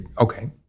Okay